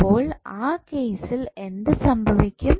അപ്പോൾ ആ കേസിൽ എന്തു സംഭവിക്കും